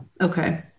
Okay